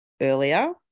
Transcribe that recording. earlier